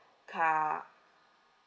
car